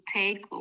take